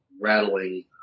rattling